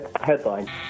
Headline